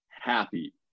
Happy